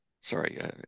sorry